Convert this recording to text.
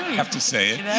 have to say it.